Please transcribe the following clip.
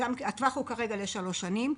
הטווח כרגע הוא לשלוש שנים.